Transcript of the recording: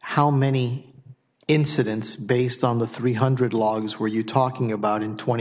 how many incidents based on the three hundred logs were you talking about in twenty